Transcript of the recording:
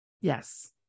yes